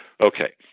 Okay